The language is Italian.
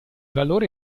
valore